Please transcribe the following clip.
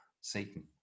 Satan